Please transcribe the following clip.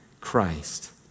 Christ